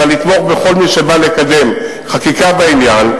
אלא לתמוך בכל מי שבא לקדם חקיקה בעניין,